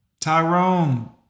Tyrone